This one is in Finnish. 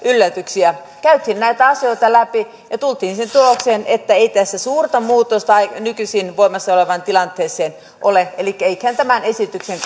yllätyksiä käytiin näitä asioita läpi ja tultiin siihen tulokseen että ei tässä suurta muutosta nykyisin voimassa olevaan tilanteeseen ole elikkä eiköhän tämän esityksen